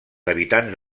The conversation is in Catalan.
habitants